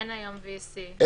אין היום VC שם.